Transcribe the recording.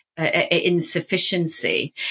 insufficiency